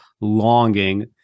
longing